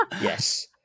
yes